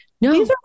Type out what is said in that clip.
No